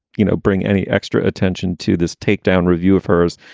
you know, bring any extra attention to this takedown review of hers.